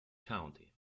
county